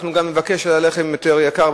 אנחנו גם נבקש על הלחם מחיר יותר יקר.